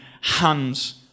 hands